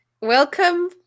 welcome